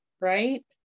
right